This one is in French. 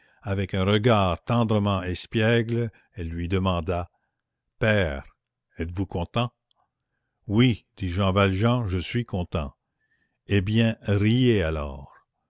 avec un regard tendrement espiègle elle lui demanda père êtes-vous content oui dit jean valjean je suis content eh bien riez alors